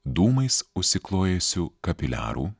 dūmais užsiklojusių kapiliarų